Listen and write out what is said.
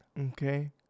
okay